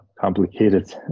complicated